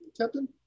captain